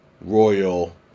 Royal